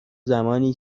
زمانی